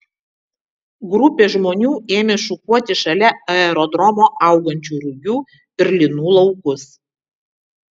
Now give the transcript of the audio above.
grupė žmonių ėmė šukuoti šalia aerodromo augančių rugių ir linų laukus